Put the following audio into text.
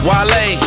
Wale